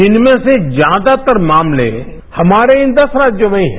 जिनमें से ज्यादातर मामले हमारे इन दस राज्यों में ही हैं